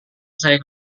saya